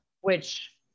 Which-